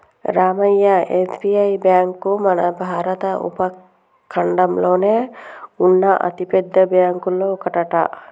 రామయ్య ఈ SBI bank మన భారత ఉపఖండంలోనే ఉన్న అతిపెద్ద బ్యాంకులో ఒకటట